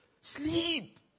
Sleep